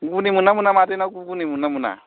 घुगुनि मोनो ना मोना मादैनाव घुगुनि मोनो ना मोना